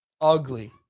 Ugly